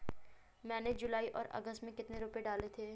मैंने जुलाई और अगस्त में कितने रुपये डाले थे?